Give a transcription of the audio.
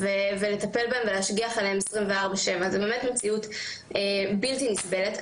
ולטפל בהם ולהשגיח עליהם 24/7. זו באמת מציאות בלתי נסבלת.